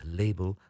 label